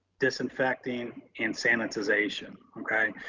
disinfecting, and sanitization, okay.